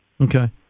Okay